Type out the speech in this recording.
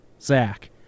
Zach